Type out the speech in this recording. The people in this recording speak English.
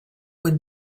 would